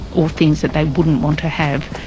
or things that they wouldn't want to have.